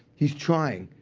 he's trying.